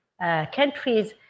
countries